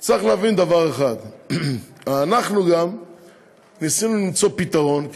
אנחנו גם ניסינו למצוא פתרון,